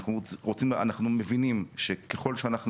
אנחנו רוצים ואנחנו מבינים שככל שאנחנו